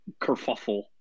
kerfuffle